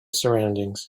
surroundings